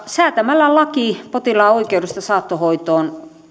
säätämällä laki potilaan oikeudesta saattohoitoon